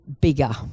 bigger